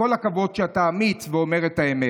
כל הכבוד שאתה אמיץ ואומר את האמת.